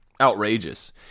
outrageous